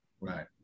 Right